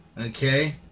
Okay